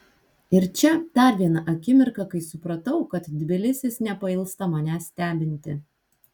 ir čia dar viena akimirka kai supratau kad tbilisis nepailsta manęs stebinti